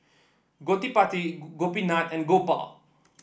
Gottipati Gopinath and Gopal